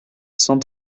cent